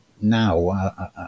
now